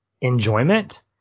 enjoyment